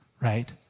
right